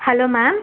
hello ma'am